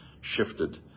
shifted